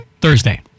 Thursday